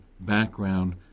background